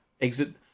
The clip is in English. exit